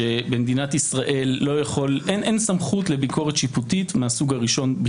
שבמדינת ישראל אין סמכות לביקורת שיפוטית מהסוג הראשון.